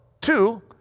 two